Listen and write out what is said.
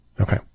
Okay